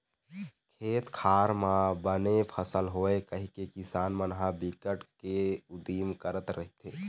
खेत खार म बने फसल होवय कहिके किसान मन ह बिकट के उदिम करत रहिथे